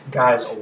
guys